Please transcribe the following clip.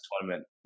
tournament